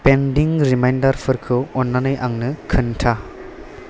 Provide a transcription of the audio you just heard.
pending रिमाइन्डारफोरखौ अन्नानै आंनो खोन्था